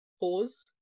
pause